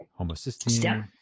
homocysteine